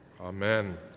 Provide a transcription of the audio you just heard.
Amen